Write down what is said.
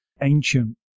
ancient